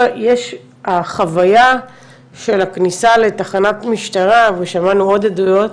החוויה של הכניסה לתחנת משטרה ושמענו עוד עדויות,